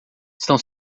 estão